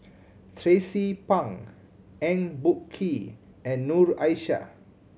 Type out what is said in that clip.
Tracie Pang Eng Boh Kee and Noor Aishah